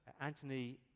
Anthony